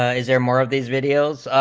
ah is there more of these videos